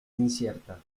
incierta